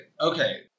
Okay